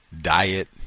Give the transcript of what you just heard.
diet